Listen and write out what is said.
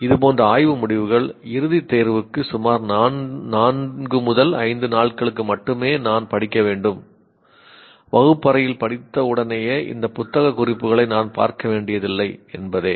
இது போன்ற ஆய்வு முடிவுகள் இறுதித் தேர்வுக்கு சுமார் 4 5 நாட்களுக்கு மட்டுமே நான் படிக்க வேண்டும் வகுப்பு அறையில் படித்த உடனேயே இந்த புத்தக குறிப்புகளை நான் பார்க்க வேண்டியதில்லை என்பதே